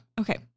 Okay